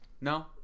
No